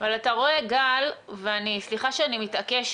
אבל אתה רואה, גל וסליחה שאני מתעקשת,